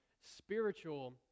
spiritual